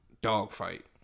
dogfight